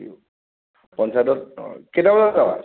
পঞ্চায়তত কেইটা বজাত যাম